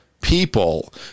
people